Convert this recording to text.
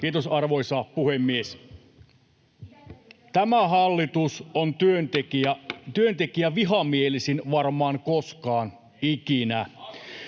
Puhemies koputtaa] Tämä hallitus on työntekijävihamielisin varmaan koskaan ikinä.